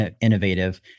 innovative